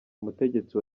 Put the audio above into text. umutegetsi